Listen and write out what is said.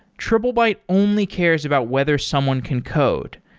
triplebyte only cares about whether someone can code.